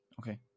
Okay